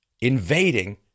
invading